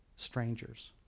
strangers